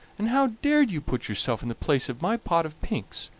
and how dared you put yourself in the place of my pot of pinks?